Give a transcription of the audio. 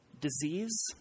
disease